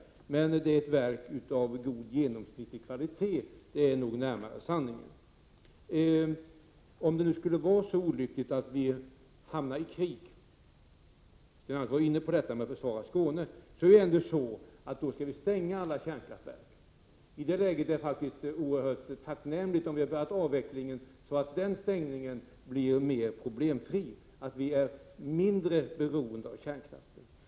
Att säga att det är ett verk av god genomsnittlig kvalitet är nog närmare sanningen. Om det nu skulle gå så olyckligt att vi hamnade i krig — Sten Andersson var inne på att försvara Skåne — då skall vi stänga alla kärnkraftverk. I det läget vore det faktiskt oerhört tacknämligt om vi hade börjat avvecklingen så att stängningen av kärnkraftverken blev mer problemfri, att vi var mindre beroende av kärnkraftverken.